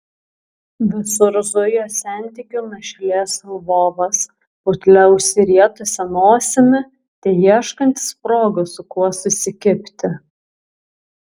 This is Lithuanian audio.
visur zujo sentikių našlės lvovas putlia užsirietusia nosimi teieškantis progos su kuo susikibti